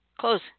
close